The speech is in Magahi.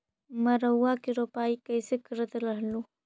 मड़उआ की रोपाई कैसे करत रहलू?